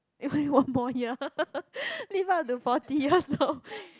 only one more year live up to forty years old